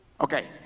Okay